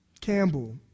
Campbell